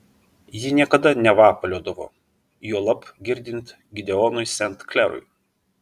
ji niekada nevapaliodavo juolab girdint gideonui sent klerui